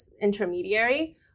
intermediary